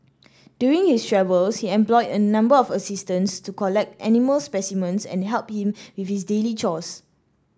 during his travels he employed a number of assistants to collect animal specimens and help him with his daily chores